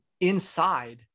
inside